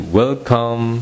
welcome